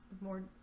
more